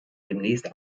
demnächst